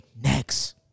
next